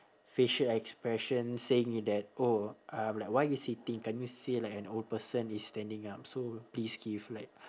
facial expression saying that oh um like why you sitting can't you see like an old person is standing up so please give like